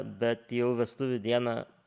bet jau vestuvių dieną